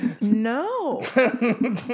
No